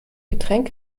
getränk